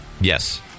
Yes